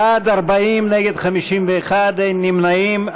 בעד, 40, נגד, 51, אין נמנעים.